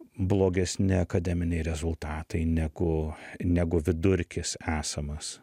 blogesni akademiniai rezultatai negu negu vidurkis esamas